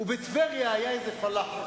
אווירה שבעיני, אני אומר לך כאזרח עכשיו,